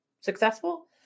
successful